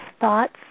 thoughts